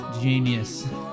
Genius